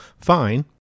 fine